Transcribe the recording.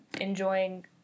enjoying